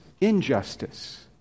injustice